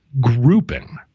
grouping